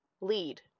Lead